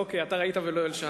אוקיי, אתה ראית ולא הלשנת.